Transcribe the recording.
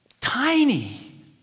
tiny